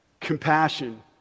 Compassion